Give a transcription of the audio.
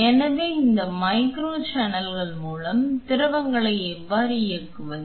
எனவே இந்த மைக்ரோ சேனல்கள் மூலம் திரவங்களை எவ்வாறு இயக்குவது